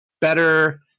better